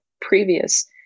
previous